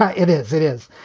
ah it is. it is.